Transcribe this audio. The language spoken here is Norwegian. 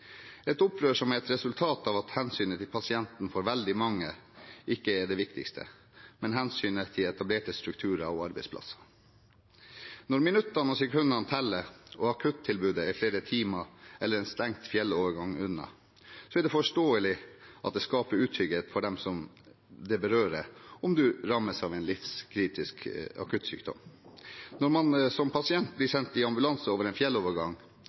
et opprør som er et resultat av at hensynet til pasienten for veldig mange ikke er det viktigste, men hensynet til etablerte strukturer og arbeidsplasser. Når minuttene og sekundene teller og akuttilbudet er flere timer eller en stengt fjellovergang unna, er det forståelig at det skaper utrygghet for dem det berører, om man rammes av en livskritisk akuttsykdom. Når man som pasient blir sendt i ambulanse over en fjellovergang,